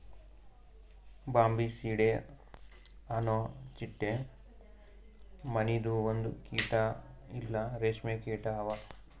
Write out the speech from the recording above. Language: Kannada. ಬಾಂಬಿಸಿಡೆ ಅನೊ ಚಿಟ್ಟೆ ಮನಿದು ಒಂದು ಕೀಟ ಇಲ್ಲಾ ರೇಷ್ಮೆ ಕೀಟ ಅವಾ